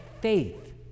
faith